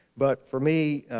but for me,